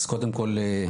אז קודם כל,